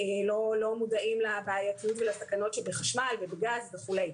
לא מודעים לבעייתיות ולסכנות שבחשמל, בגז וכולי.